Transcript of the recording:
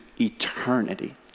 eternity